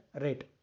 rate